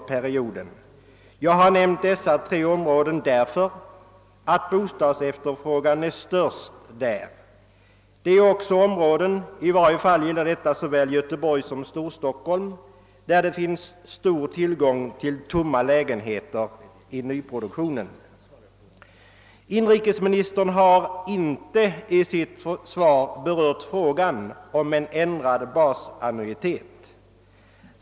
Jag har nämnt dessa tre områden därför att bostadsefterfrågan är störst i dem. Där finns också — i varje fall gäller detta såväl Göteborg som Storstockholm — stor tillgång på tomma lägenheter i nyproduktionen. Inrikesministern har inte i sitt svar berört frågan om en ändrad basannuitet.